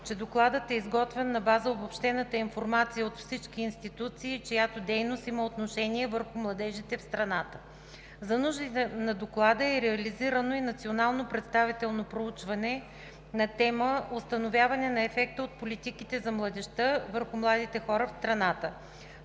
че Докладът е изготвен на база обобщената информация от всички институции, чиято дейност има отношение върху младежите в страната. За нуждите на Доклада е реализирано и национално представително проучване на тема „Установяване на ефекта от политиките за младежта върху младите хора в страната“.